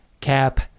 Cap